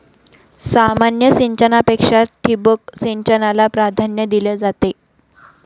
सामान्य सिंचनापेक्षा ठिबक सिंचनाला प्राधान्य दिले जाते